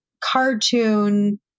cartoon